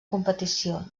competició